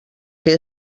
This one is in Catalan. que